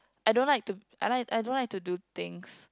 I don't like to I like I don't like to do things